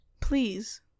Please